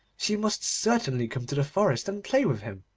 she must certainly come to the forest and play with him.